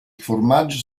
formaggio